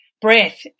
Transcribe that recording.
Breath